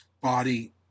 body